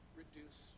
reduce